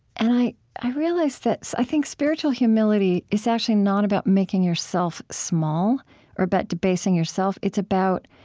and i i realized that i think spiritual humility is actually not about making yourself small or about debasing yourself. it's about